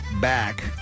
back